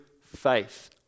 faith